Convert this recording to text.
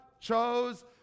chose